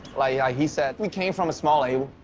like yeah he said, we came from a small isle,